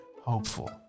hopeful